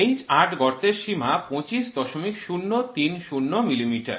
H ৮ গর্তের সীমা ২৫০৩০ millimetre